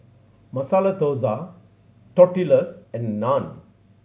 Masala Dosa Tortillas and Naan